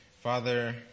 Father